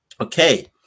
Okay